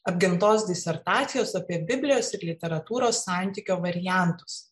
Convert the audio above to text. apgintos disertacijos apie biblijos ir literatūros santykio variantus